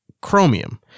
Chromium